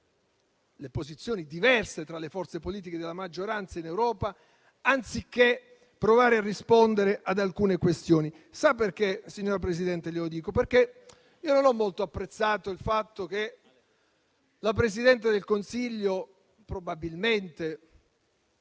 le posizioni diverse tra le forze politiche della maggioranza in Europa, anziché provare a rispondere ad alcune questioni. Sa perché glielo dico, signora Presidente,? Io non ho molto apprezzato il fatto che la Presidente del Consiglio, probabilmente